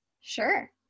Sure